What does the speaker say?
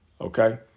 Okay